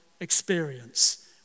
experience